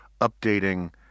updating